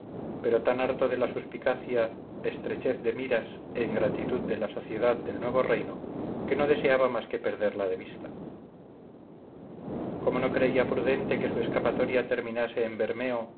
pero tan harto de la suspicacia estrechez de miras e ingratitud de la sociedad del nuevo reino que no deseaba más que perderla de vista como no creía prudente que su escapatoria terminase en bermeo